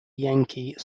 yankee